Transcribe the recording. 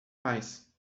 mais